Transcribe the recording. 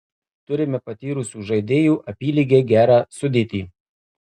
turime patyrusių žaidėjų apylygę gerą sudėtį